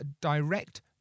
direct